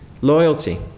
loyalty